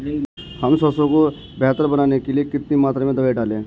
हम सरसों को बेहतर बनाने के लिए कितनी मात्रा में दवाई डालें?